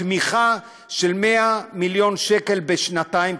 התמיכה של 100 מיליון שקל בשנתיים,